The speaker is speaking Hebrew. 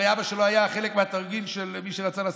הרי אבא שלו היה חלק מהתרגיל של מי שרצה לעשות,